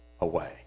away